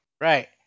Right